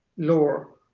lower,